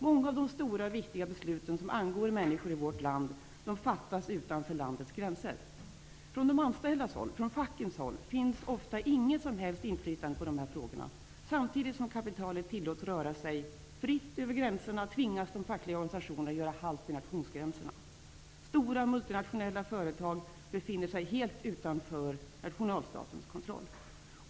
Många av de stora och viktiga besluten som angår människor i vårt land fattas utanför landets gränser. Från de anställdas håll, från fackens håll, finns oftast inget som helst inflytande på dessa frågor. Samtidigt som kapitalet tillåts röra sig fritt över gränserna tvingas de fackliga organisationerna göra halt vid nationsgränserna. Stora multinationella företag befinner sig helt utanför nationalstatens kontroll.